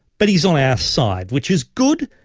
but he's on our side. which is good,